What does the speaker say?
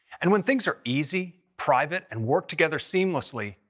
and when things are easy, private and work together seamlessly,